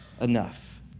enough